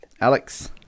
Alex